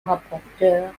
rapporteur